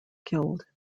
killed